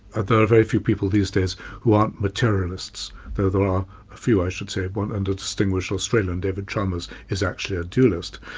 ah there are very few people these days who aren't materialists, though there are a few i should say, one and a distinguished australian, david chalmers, is actually a dualist.